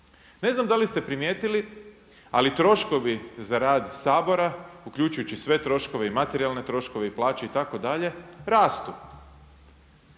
Ne znam da li ste primijetili ali troškovi za rad Sabora uključujući sve troškove i materijalne troškove i plaće itd. rastu.